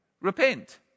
repent